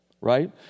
right